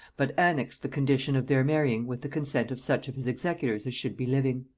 but annexed the condition of their marrying with the consent of such of his executors as should be living.